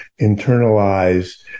internalize